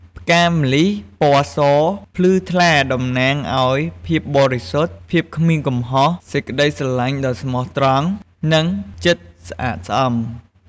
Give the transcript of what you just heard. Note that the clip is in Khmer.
ផ្កាម្លិះពណ៌សភ្លឺថ្លាតំណាងឱ្យ ភាពបរិសុទ្ធ ភាពគ្មានកំហុស សេចក្តីស្រឡាញ់ដ៏ស្មោះត្រង់ និងចិត្តស្អាតស្អំ។